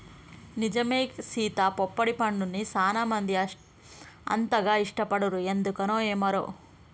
నిజమే సీత పొప్పడి పండుని సానా మంది అంతగా ఇష్టపడరు ఎందుకనో మరి